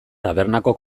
tabernako